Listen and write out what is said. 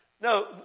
No